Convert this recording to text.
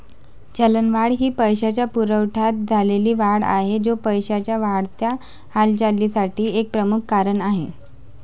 चलनवाढ ही पैशाच्या पुरवठ्यात झालेली वाढ आहे, जो पैशाच्या वाढत्या हालचालीसाठी एक प्रमुख कारण आहे